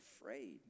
afraid